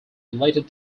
related